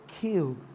killed